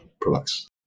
products